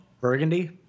Burgundy